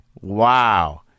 Wow